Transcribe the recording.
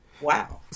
wow